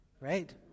right